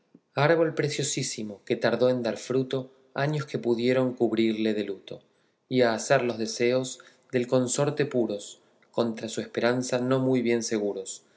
árbol preciosísimo que tardó en dar fruto años que pudieron cubrirle de luto y hacer los deseos del consorte puros contra su esperanza no muy bien seguros